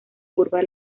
curva